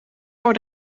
voor